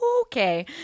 okay